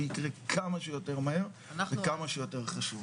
יקרה כמה שיותר מהר וכמה שיותר חשוב.